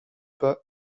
pas